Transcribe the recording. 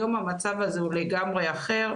היום המצב הזה הוא לגמרי אחר,